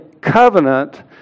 covenant